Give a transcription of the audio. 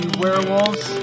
werewolves